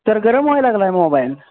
तर गरम व्हायला लागला आहे मोबाईल